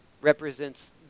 represents